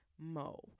Mo